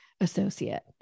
associate